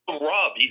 Rob